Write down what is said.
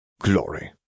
glory